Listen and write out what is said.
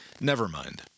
Nevermind